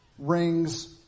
Rings